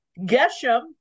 Geshem